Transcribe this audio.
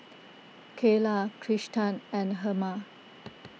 Cayla Kristan and Herma